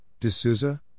D'Souza